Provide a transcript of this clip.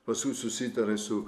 paskui susitarė su